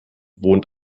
wohnt